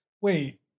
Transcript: wait